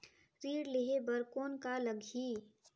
ऋण लेहे बर कौन का लगही?